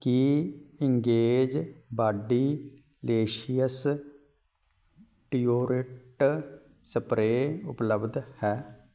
ਕੀ Engage bodylicious deodorant spray ਉਪਲੱਬਧ ਹੈ